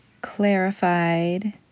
clarified